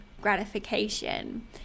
gratification